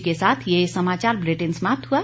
इसी के साथ ये समाचार बुलेटिन समाप्त हुआ